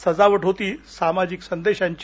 सजावट होती सामाजिक संदेशांची